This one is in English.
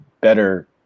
better